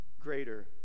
greater